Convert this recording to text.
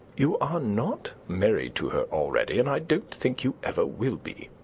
you are not married to her already, and i don't think you ever will be.